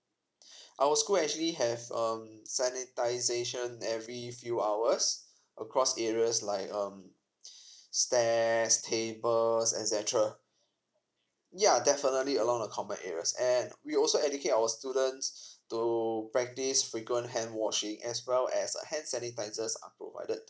our school actually has um sanitisation every few hours across areas like um stairs tables etcetera yeah definitely along the common areas and we also educate our students to practice frequent hand washing as well as hand sanitizer are provided